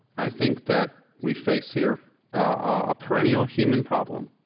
i think that we face here a perennial human problem